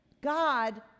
God